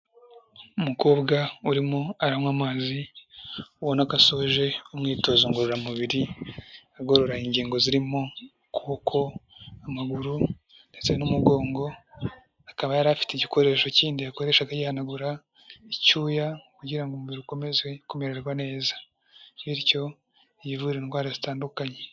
Umukobwa urimo aranywa amazi ubona ko asoje umwitozo ngororamubiri, agorora ingingo zirimo ukuboko, amaguru ndetse n'umugongo, akaba yari afite igikoresho kindi yakoreshaga yihanagura icyuya kugira ngo umubiri ukomeze kumererwa neza, bityo yivura indwara zitandukanye.